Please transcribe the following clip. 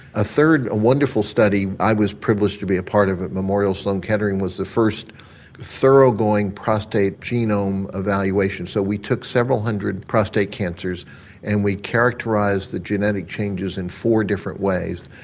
a third wonderful study i was privileged to be a part of at the memorial sloan-kettering was the first thorough going prostate genome evaluation. so we took several hundred prostate cancers and we characterised the genetic changes in four different ways.